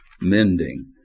mending